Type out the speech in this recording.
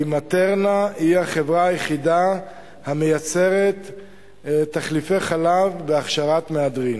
כי "מטרנה" היא החברה היחידה המייצרת תחליפי חלב בהכשרת מהדרין,